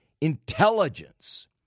intelligence